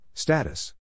Status